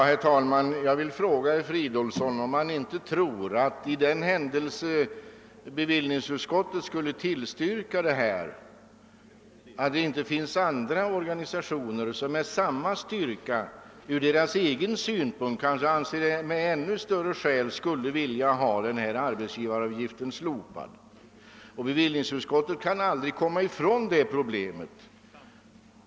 Herr talman! Jag vill fråga herr Fridolfsson i Stockholm om han inte tror, att för den händelse bevillningsutskottet skulle tillstyrka detta förslag andra organisationer med samma styrka eller — från deras egen synpunkt med ännu större styrka — skulle framföra krav på slopande av denna arbetsgivaravgift. Bevillningsutskottet kan aldrig komma ifrån detta problem.